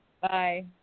Bye